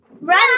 Run